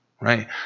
right